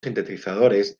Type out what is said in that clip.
sintetizadores